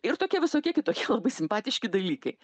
ir tokie visokie kitokie labai simpatiški dalykai